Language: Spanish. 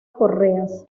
correas